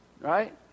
right